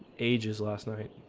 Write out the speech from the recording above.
ages last night.